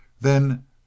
then